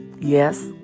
Yes